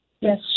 yes